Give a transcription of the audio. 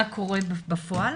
מה קורה בפועל,